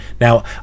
Now